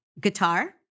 guitar